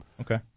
Okay